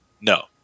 No